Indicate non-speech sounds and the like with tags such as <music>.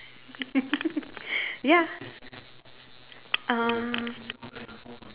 <laughs> ya um